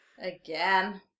again